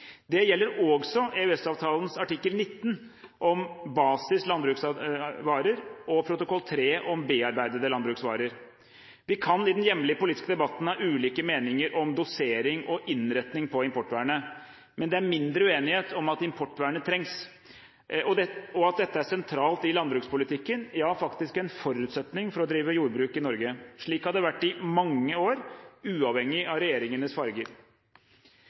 gjelder også EØS-avtalens artikkel 19 om basis landbruksvarer og protokoll 3 om bearbeidede landbruksvarer. Vi kan i den hjemlige politiske debatten ha ulike meninger om dosering og innretning på importvernet, men det er mindre uenighet om at importvernet trengs, og at dette er sentralt i landbrukspolitikken – ja, faktisk en forutsetning for å drive jordbruk i Norge. Slik har det vært i mange år, uavhengig av regjeringenes